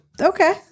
Okay